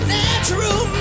natural